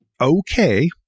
Okay